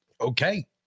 Okay